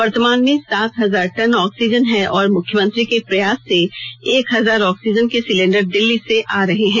वर्तमान में सात हजार टन ऑक्सीजन है और मुख्यमंत्री के प्रयास से एक हजार ऑक्सीजन के सिलेंडर दिल्ली से आ रहे हैं